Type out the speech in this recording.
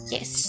Yes